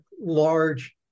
large